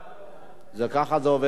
ככה זה עובד, אדוני.